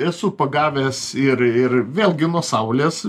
esu pagavęs ir ir vėlgi nuo saulės